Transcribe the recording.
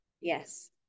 Yes